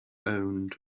owned